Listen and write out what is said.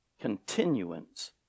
continuance